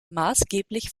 maßgeblich